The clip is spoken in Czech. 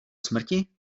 smrti